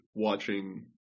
Watching